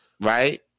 right